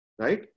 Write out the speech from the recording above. Right